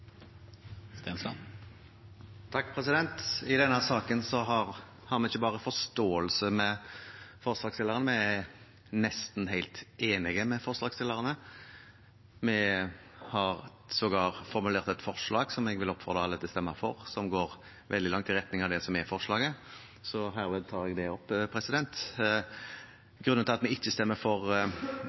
I denne saken har vi ikke bare forståelse for forslagsstillerne, vi er nesten helt enige med forslagsstillerne. Vi har sågar formulert et forslag som jeg vil oppfordre alle til å stemme for, som går veldig langt i retning av det som er representantforslaget, så herved tar jeg det opp. Grunnen til at vi ikke stemmer for